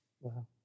Wow